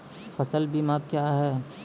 फसल बीमा क्या हैं?